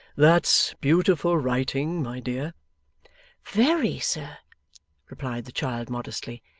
that's beautiful writing, my dear very, sir replied the child modestly,